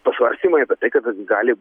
pasvarstymai apie tai kad gali